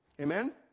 Amen